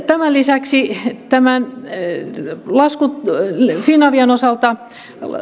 tämän lisäksi finavian osalta